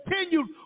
continued